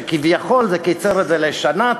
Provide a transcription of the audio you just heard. שכביכול מקצר את זה לשנה,